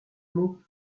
mot